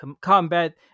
combat